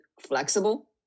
flexible